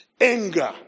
anger